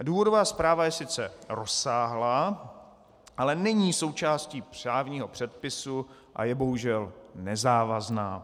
Důvodová zpráva je sice rozsáhlá, ale není součástí právního předpisu a je bohužel nezávazná.